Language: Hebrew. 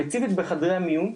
ספציפית בחדרי המיון,